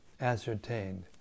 ascertained